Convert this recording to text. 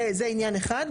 זה עניין אחד.